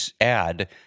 ad